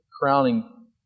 crowning